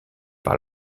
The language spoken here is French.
par